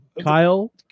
Kyle